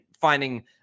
finding